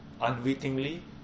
unwittingly